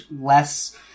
less